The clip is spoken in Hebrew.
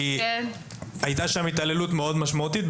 שם הייתה התעללות מאוד משמעותית,